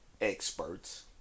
experts